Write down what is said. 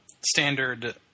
standard